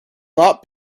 not